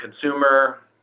consumer